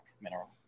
mineral